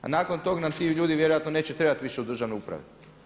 A nakon toga nam ti ljudi vjerojatno neće trebati više u državnoj upravi.